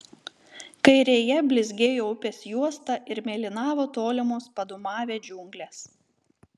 kairėje blizgėjo upės juosta ir mėlynavo tolimos padūmavę džiunglės